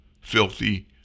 filthy